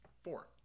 Four